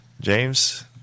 James